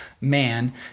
man